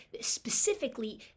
Specifically